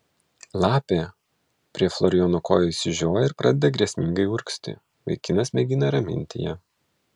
lapė prie florijono kojų išsižioja ir pradeda grėsmingai urgzti vaikinas mėgina raminti ją